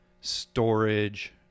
storage